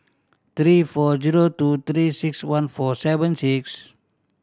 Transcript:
three four zero two Three Six One four seven six